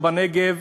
או בנגב,